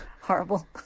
horrible